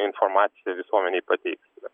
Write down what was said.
informaciją visuomenei pateiksime